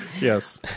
Yes